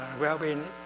Well-being